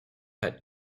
had